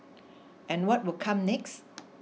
and what will come next